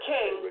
King